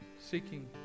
Seeking